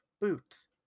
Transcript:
boots